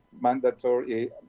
mandatory